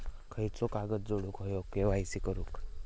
खयचो कागद जोडुक होयो के.वाय.सी करूक?